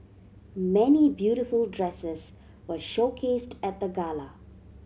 many beautiful dresses were showcased at the gala